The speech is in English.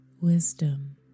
wisdom